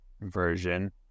version